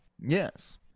Yes